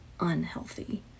unhealthy